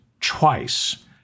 twice